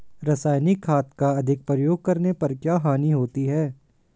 रासायनिक खाद का अधिक प्रयोग करने पर क्या हानि होती है?